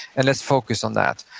and let's focus on that.